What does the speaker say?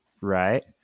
Right